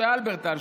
משה הלברטל,